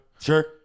Sure